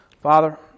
Father